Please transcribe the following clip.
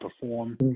perform